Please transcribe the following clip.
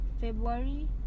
February